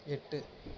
எட்டு